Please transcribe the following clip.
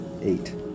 Eight